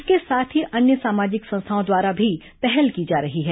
इसके साथ ही अन्य सामाजिक संस्थाओं द्वारा भी पहल की जा रही है